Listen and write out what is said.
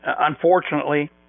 Unfortunately